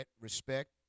respect